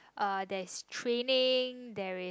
uh there is training there is